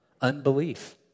unbelief